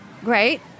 great